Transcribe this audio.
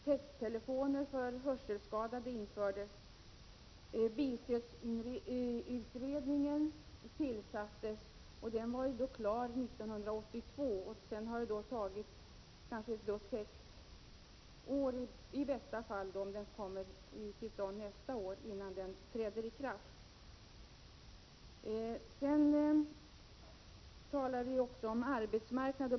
Texttelefoner för hörselskadade infördes. Bilstödsutredningen tillsattes och blev klar 1982. I bästa fall träder reformen i kraft nästa år, dvs. sex år efter utredningen.